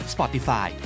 Spotify